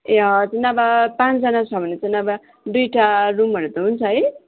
ए हजुर न भए पाँचजना छ भने चाहिँ नभए दुइवटा रुमहरू त हुन्छ है